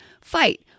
fight